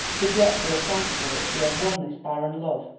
could yet feel thankful that she had won this barren love,